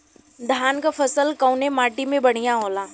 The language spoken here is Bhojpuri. धान क फसल कवने माटी में बढ़ियां होला?